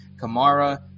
Kamara